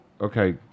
okay